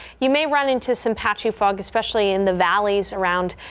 you may run into some patchy fog, especially in the valleys around.